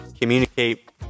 communicate